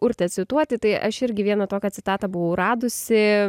urtę cituoti tai aš irgi vieną tokią citatą buvau radusi